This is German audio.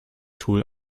tool